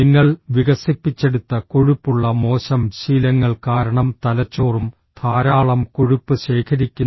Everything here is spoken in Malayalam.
നിങ്ങൾ വികസിപ്പിച്ചെടുത്ത കൊഴുപ്പുള്ള മോശം ശീലങ്ങൾ കാരണം തലച്ചോറും ധാരാളം കൊഴുപ്പ് ശേഖരിക്കുന്നു